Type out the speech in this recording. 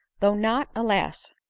though not, alas!